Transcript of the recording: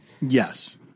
Yes